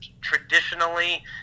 traditionally